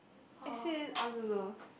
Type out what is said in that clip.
as in I don't know